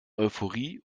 euphorie